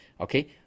okay